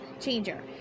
changer